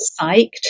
Psyched